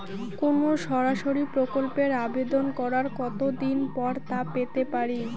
কোনো সরকারি প্রকল্পের আবেদন করার কত দিন পর তা পেতে পারি?